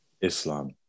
Islam